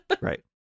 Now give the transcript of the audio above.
right